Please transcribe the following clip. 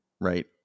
right